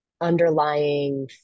underlying